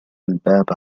الباب